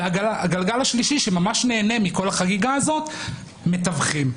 והגלגל השלישי שממש נהנה מכל החגיגה הזאת מתווכים.